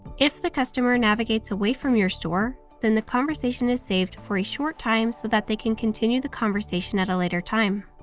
if the customer navigates away from your store, then the conversation is saved for a short time so that they can continue the conversation at a later time.